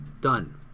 done